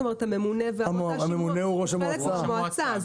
הממונה והמועצה?